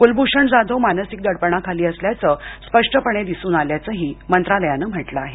कुलभूषण जाधव मानसिक दडपणाखाली असल्याच स्पष्टपणे दिसून आल्याचही मंत्रालयानं म्हटलं आहे